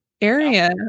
area